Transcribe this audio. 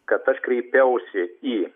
kad aš kreipiausi į